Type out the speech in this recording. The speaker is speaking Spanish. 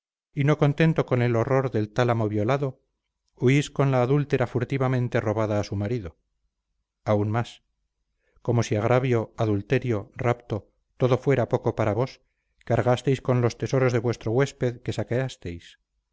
y no contento con el horror del tálamo violado huís con la adúltera furtivamente robada a su marido aun más como si agravio adulterio rapto todo fuera poco para vos cargasteis con los tesoros de vuestro huésped que